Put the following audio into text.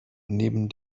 neben